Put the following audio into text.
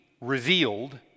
revealed